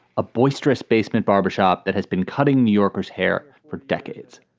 a boisterous basement barbershop that has been cutting new yorkers hair for decades,